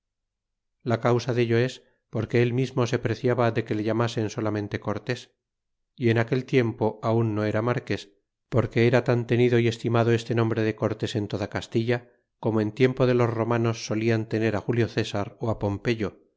la causa dello es porque él mismo se preciaba de que le llamasen solamente cortés y en aquel tiempo aun no era marques porque era tan tenido y estimado este nombre de cortés en toda castilla como en tiempo de los romanos solian tener julio césar